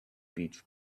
beach